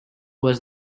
was